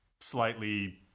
slightly